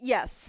Yes